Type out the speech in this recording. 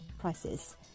prices